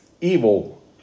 Evil